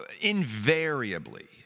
invariably